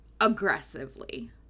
aggressively